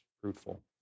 fruitful